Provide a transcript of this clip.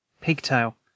Pigtail